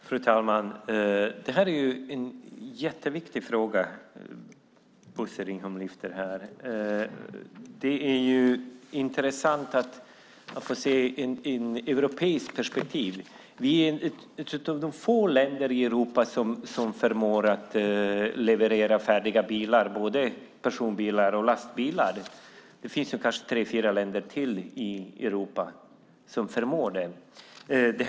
Fru talman! Det är en jätteviktig fråga som Bosse Ringholm lyfter här. Det är intressant att få se ett europeiskt perspektiv. Vi är ett av de få länder i Europa som förmår att leverera färdiga bilar, både personbilar och lastbilar. Det finns tre fyra länder till i Europa som förmår göra det.